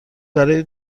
برای